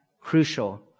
Crucial